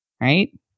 right